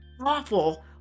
awful